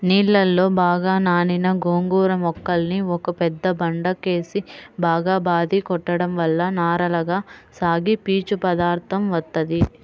నీళ్ళలో బాగా నానిన గోంగూర మొక్కల్ని ఒక పెద్ద బండకేసి బాగా బాది కొట్టడం వల్ల నారలగా సాగి పీచు పదార్దం వత్తది